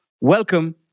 welcome